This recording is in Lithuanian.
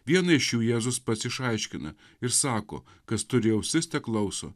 vieną iš jų jėzus pats išaiškina ir sako kas turi ausis teklauso